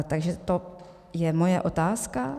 Takže to je moje otázka.